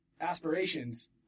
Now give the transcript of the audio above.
aspirations